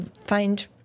find